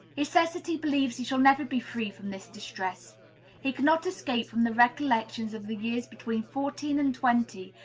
he says that he believes he shall never be free from this distress he cannot escape from the recollections of the years between fourteen and twenty,